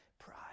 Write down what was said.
Pride